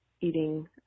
eating